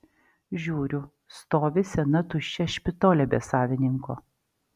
žiūriu stovi sena tuščia špitolė be savininko